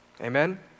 Amen